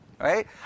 Right